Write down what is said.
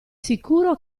sicuro